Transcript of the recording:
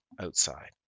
outside